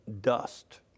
dust